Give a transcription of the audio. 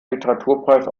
literaturpreis